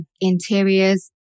interiors